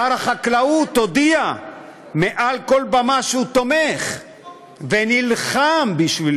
ששר החקלאות הודיע מעל כל במה שהוא תומך ונלחם בשביל